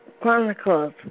Chronicles